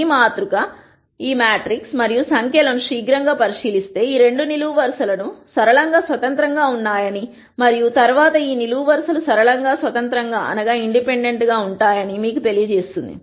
ఈ మాతృక మరియు సంఖ్య లను శీఘ్రం గా పరిశీలిస్తే ఈ రెండు నిలువు వరుసలు సరళంగా స్వతంత్రంగా ఉన్నాయని మరియు తరువాత ఈ నిలువు వరుసలు సరళంగా స్వతంత్రంగా ఉంటాయని మీకు తెలియజేస్తుంది